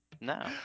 No